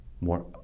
more